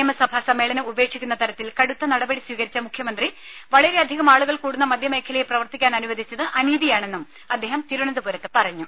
നിയമസഭാ സമ്മേളനം ഉപേക്ഷിക്കുന്ന തരത്തിൽ കടുത്ത നടപടി സ്വീകരിച്ച മുഖ്യമന്ത്രി വളരെയധികം ആളുകൾ കൂടുന്ന മദ്യമേഖലയെ പ്രവർത്തിക്കാനനുവദിച്ചത് അനീതിയാണെന്നും അദ്ദേഹം തിരുവനന്തപുരത്ത് പറഞ്ഞു